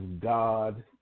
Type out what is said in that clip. God